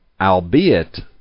albeit